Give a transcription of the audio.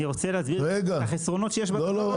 אני רוצה להסביר את החסרונות שיש --- רגע,